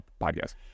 podcast